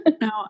No